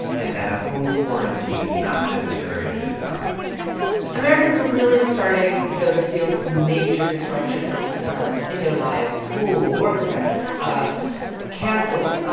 and that a home quarantine is not necessary at this time americans are really starting, though, to feel some major disruptions in their lives school, work events ah canceled. ah